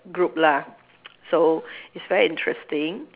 group lah so it's very interesting